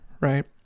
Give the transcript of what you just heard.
right